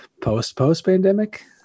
post-post-pandemic